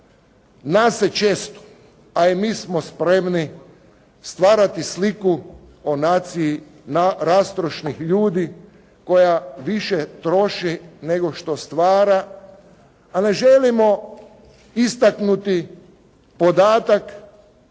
Nas se često, a i mi smo spremni stvarati sliku o naciji rastrošnih ljudi koja više troši nego što stvara a ne želimo istaknuti podatak